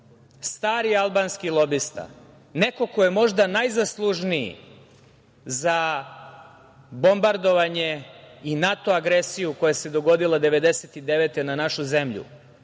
stari albanski lobista, neko ko je možda najzaslužniji za bombardovanje i NATO agresiju koja se dogodila 1999. godine na našu